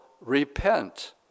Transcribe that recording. repent